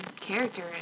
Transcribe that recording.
character